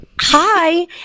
hi